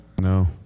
No